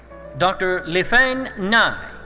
dr. lifeng nai.